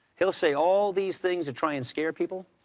he'll say all these things to try and scare people.